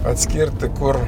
atskirti kur